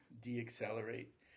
de-accelerate